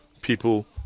people